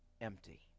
empty